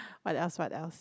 what else what else